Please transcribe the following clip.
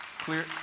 clear